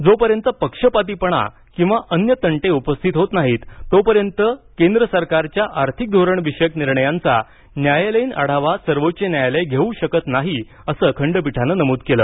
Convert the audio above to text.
जोपर्यंत पक्षपातीपणा किंवा अन्य तंटे उपस्थित होत नाहीत तोपर्यंत केंद्र सरकारच्या आर्थिक धोरणविषयक निर्णयांचा न्यायालयीन आढावा सर्वोच्च न्यायालय घेऊ शकत नाही असं खंडपीठानं नमूद केलं